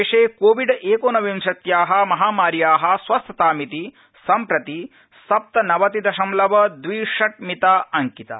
देशे कोविड एकोनविंशत्या महामार्या स्वस्थतामिति सम्प्रति सप्तनवति दशमलव द्वि षट्टमिता अंकिता